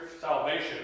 salvation